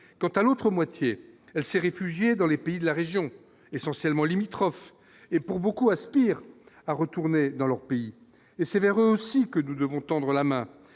quant à l'autre moitié, elle s'est réfugiée dans les pays de la région essentiellement limitrophes et pour beaucoup aspirent à retourner dans leur pays et verront aussi que nous devons tendre la main